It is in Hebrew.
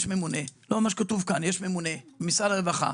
דניאל, כתוב כאן שיש ממונה ממשרד הרווחה.